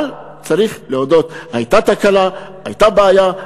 אבל צריך להודות: הייתה תקלה, הייתה בעיה.